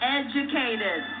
educated